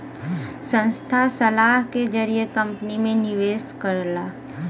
संस्था सलाह के जरिए कंपनी में निवेश करला